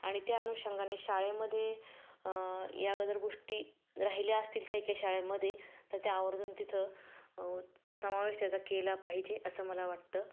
आणि त्या अनुषंगाने शाळेमध्ये या गदर गोष्टी राहिल्या असतील काही काही शाळेमध्ये तर त्या आवर्जून तिथं त्या समावेश त्याचा केला पाहिजे असं मला वाटतं